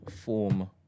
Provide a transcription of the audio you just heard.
form